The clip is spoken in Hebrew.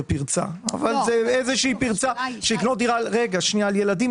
פרצה אבל זאת איזו פרצה במקרה של ילדים